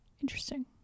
Interesting